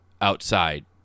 outside